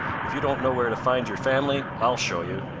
if you don't know where to find your family, i'll show you.